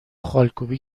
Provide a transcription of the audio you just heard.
خالکوبی